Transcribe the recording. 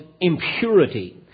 impurity